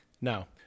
Now